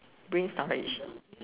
brain storage